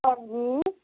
ਹਾਂਜੀ